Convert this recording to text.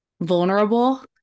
vulnerable